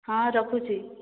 ହଁ ରଖୁଛି